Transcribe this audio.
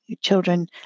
children